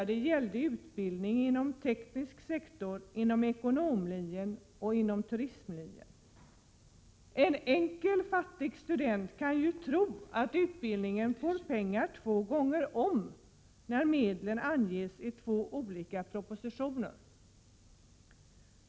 Det gällde utbildning inom teknisk sektor, ekonomlinjen och turismlinjen. En enkel, fattig student kan ju tro att utbildningen får pengar två gånger när medel anges i två olika propositioner.